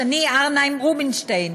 שני ארנהיים רובינשטיין.